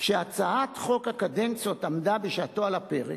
כשהצעת חוק הקדנציות עמדה בשעתו על הפרק,